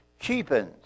cheapens